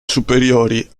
superiori